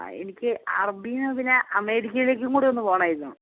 ആ എനിക്ക് അറബീനതിനെ അമേരിക്കേയിലേക്കും കൂടെയൊന്ന് പോകണമായിരുന്നു